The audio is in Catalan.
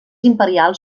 imperials